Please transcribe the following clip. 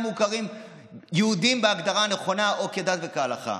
מוכרים כיהודים בהגדרה הנכונה או כדת וכהלכה.